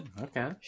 okay